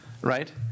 right